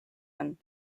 ion